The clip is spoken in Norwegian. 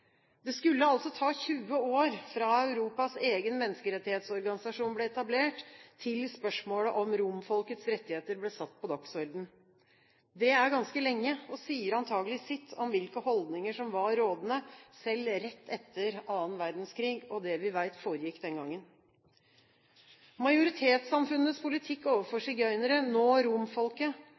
Det skulle altså ta 20 år fra Europas egen menneskerettighetsorganisasjon ble etablert, til spørsmålet om romfolkets rettigheter ble satt på dagsordenen. Det er ganske lenge og sier antakelig sitt om hvilke holdninger som var rådende, selv rett etter annen verdenskrig, og det vi vet foregikk den gangen. Majoritetssamfunnenes politikk overfor sigøynerne, nå romfolket,